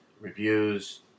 reviews